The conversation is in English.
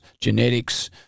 genetics